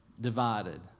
divided